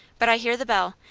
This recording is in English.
but i hear the bell.